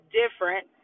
different